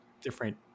different